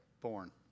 born